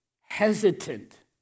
hesitant